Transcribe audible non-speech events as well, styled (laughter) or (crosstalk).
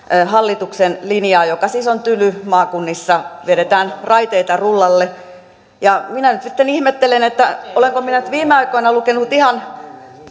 hallituksen linjaa joka siis on tyly maakunnissa vedetään raiteita rullalle ja minä nyt sitten ihmettelen että olenko minä nyt viime aikoina lukenut ihan (unintelligible)